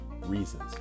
reasons